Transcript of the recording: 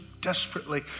desperately